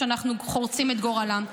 שאנחנו חורצים את גורלם,